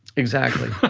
exactly.